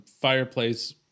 fireplace